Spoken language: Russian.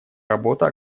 работа